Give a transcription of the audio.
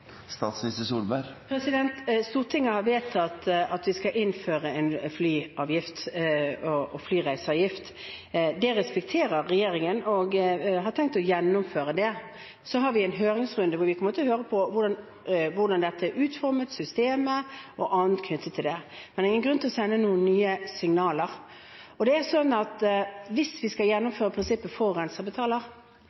Stortinget har vedtatt at vi skal innføre en flyreiseavgift. Det respekterer regjeringen, og det har vi tenkt å gjennomføre. Så har vi en høringsrunde hvor vi kommer til å høre på hvordan dette er utformet, systemet og annet knyttet til det, men det er ingen grunn til å sende noen nye signaler. Hvis vi skal gjennomføre prinsippet om at forurenser betaler, må vi